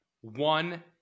one